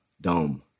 Dome